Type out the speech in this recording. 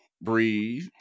breathe